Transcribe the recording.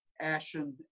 ashen